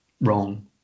wrong